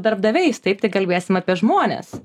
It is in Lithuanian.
darbdaviais taip tai kalbėsim apie žmones